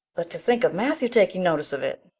but to think of matthew taking notice of it!